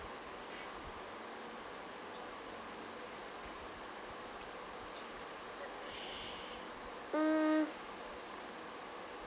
mm